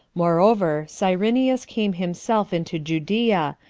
moreover, cyrenius came himself into judea,